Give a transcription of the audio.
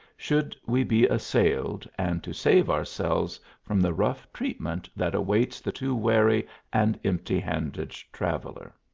should we be assailed, and to save ourselves from the rough treatment that awaits the too wary and emptyhanded traveller.